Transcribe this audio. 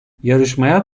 yarışmaya